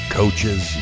coaches